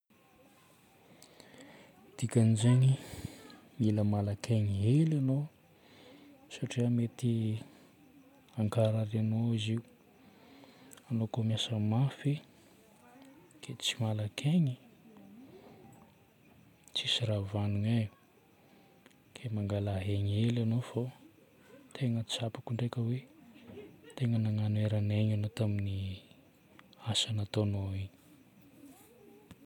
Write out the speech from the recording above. Dikan'izagny mila malaka aigny hely anao satria mety hankarary anao izy io. Anao koa miasa mafy ka tsy malaky aigny, tsisy raha vagnona e. Ke mangalà aigny hely anao fô tegna tsapako ndraika hoe tegna nagnano eran'aigny anao tamin'ny asa nataonao igny.